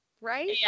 right